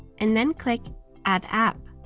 and then click add app.